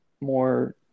more